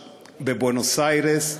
בבואנוס-איירס,